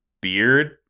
beard